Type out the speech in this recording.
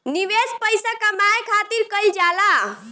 निवेश पइसा कमाए खातिर कइल जाला